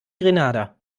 grenada